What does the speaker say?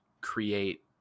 create